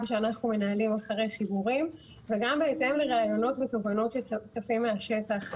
שאנחנו מנהלים אחר --- וגם בהתאם לרעיונות ותובנות שצצים מהשטח.